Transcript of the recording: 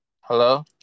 hello